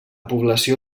població